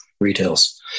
retails